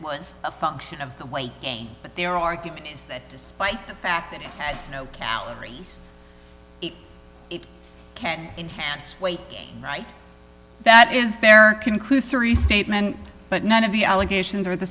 was a function of the weight gain but their argument is that despite the fact that it has no calories it can enhance weight right that is their conclusory statement but none of the allegations or the